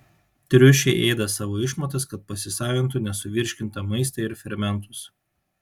triušiai ėda savo išmatas kad pasisavintų nesuvirškintą maistą ir fermentus